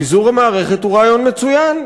ביזור המערכת הוא רעיון מצוין.